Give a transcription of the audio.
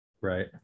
Right